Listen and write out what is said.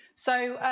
so,